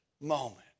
moment